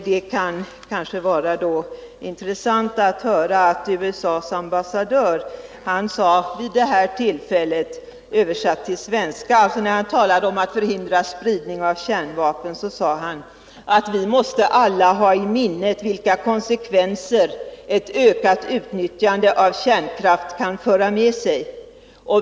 Det kanske kan vara intressant att höra, översatt till svenska, vad USA:s ambassadör sade vid det här tillfället. När han talade om att förhindra spridning av kärnvapen sade han att ”vi måste alla ha i minnet vilka konsekvenser ett ökat utnyttjande av kärnkraft kan föra med sig.